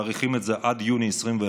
ומאריכים את זה עד יוני 2021,